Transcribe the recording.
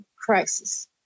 crisis